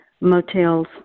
motels